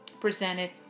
presented